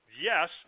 yes